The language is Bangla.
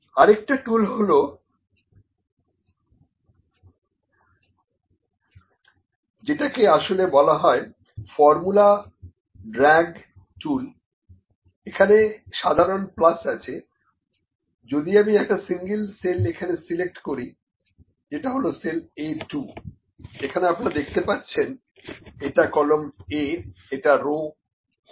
আরেকটা টুল হলো যেটাকে আসলে বলা হয় ফর্মুলা ড্র্যাগ টুল এখানে সাধারণ প্লাস আছে যদি আমি একটা সিঙ্গল সেল এখানে সিলেক্ট করি যেটা হলো সেল A2 এখানে আপনারা দেখতে পাচ্ছেন এটা কলাম A এবং এটা রো 2